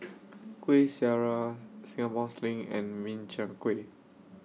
Kuih Syara Singapore Sling and Min Chiang Kueh